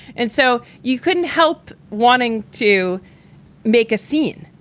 and so you couldn't help wanting to make a scene,